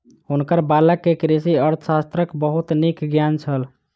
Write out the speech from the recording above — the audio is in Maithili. हुनकर बालक के कृषि अर्थशास्त्रक बहुत नीक ज्ञान छल